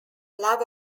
love